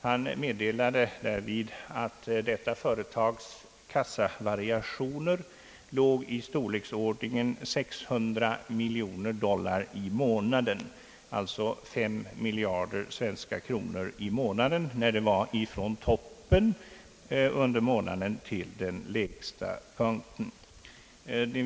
Han meddelade att detta företags kassavariationer låg i storleksordningen 600 miljoner dollar i månaden, alltså 3 miljarder svenska kronor, från toppen under månaden till den lägsta punkten.